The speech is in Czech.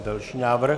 Další návrh.